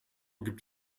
gibt